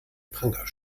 pranger